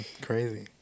Crazy